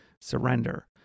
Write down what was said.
surrender